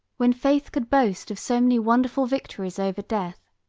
when faith could boast of so many wonderful victories over death,